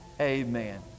Amen